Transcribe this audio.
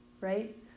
right